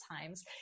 times